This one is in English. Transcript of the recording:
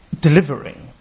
delivering